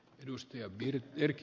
arvoisa puhemies